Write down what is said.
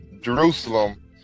Jerusalem